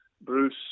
Bruce